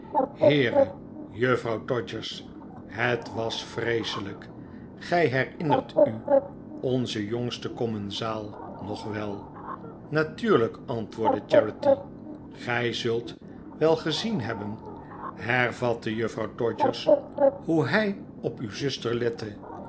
heere r juffrouw todgers het was vreeselijk gij herinnert u onzen jongsten commensaal nog wel natuurlijk antwoordde charity gij zult wel gezien hebben hervatte juffrouw todgers hoe hij op uw zuster lette